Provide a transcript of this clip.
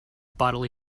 bodily